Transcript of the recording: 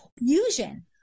Fusion